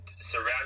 surround